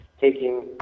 taking